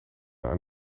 aan